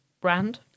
brand